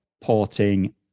porting